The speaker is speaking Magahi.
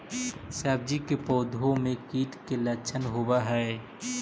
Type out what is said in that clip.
सब्जी के पौधो मे कीट के लच्छन होबहय?